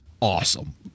awesome